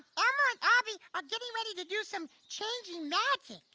um ah abby are getting ready to do some changing magic.